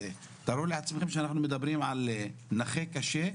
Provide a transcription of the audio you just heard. תארו לעצמכם אנחנו מדברים על נכה קשה,